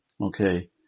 Okay